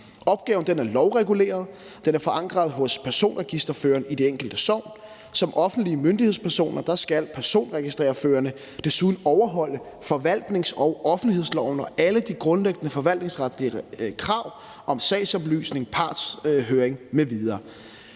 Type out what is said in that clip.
Opgaven er lovreguleret, den er forankret hos personregisterføreren i det enkelte sogn. Som offentlige myndighedspersoner skal personregisterførerne desuden overholde forvaltningsloven og offentlighedsloven og alle de grundlæggende forvaltningsretlige krav om sagsoplysning, partshøring m.v.